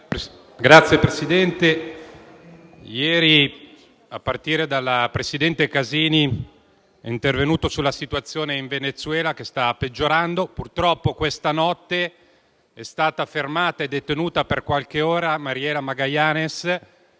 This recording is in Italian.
Signor Presidente, ieri il presidente Casini è intervenuto sulla situazione in Venezuela, che sta peggiorando. Purtroppo questa notte è stata fermata e detenuta per qualche ora Mariela Magallanes,